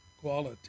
quality